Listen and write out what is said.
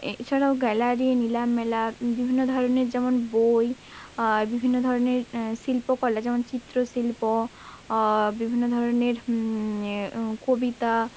এ এছাড়াও গ্যালারি নিলাম মেলা বিভিন্ন ধরনের যেমন বই বিভিন্ন ধরনের শিল্পকলা যেমন চিত্রশিল্প বিভিন্ন ধরনের কবিতা